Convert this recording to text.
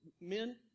Men